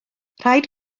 rhaid